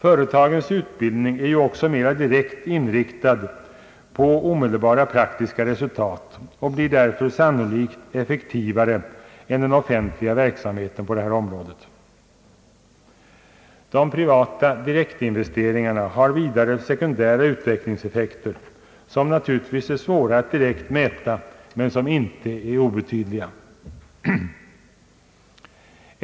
Företagens utbildning är ju också mera direkt inriktad på omedelbara praktiska resultat och blir därför sannolikt effektivare än den offentliga verksamheten på det här området. De privata direktinvesteringarna har vidare se kundära utvecklingseffekter, som naturligtvis är svåra att direkt mäta men som inte är obetydliga.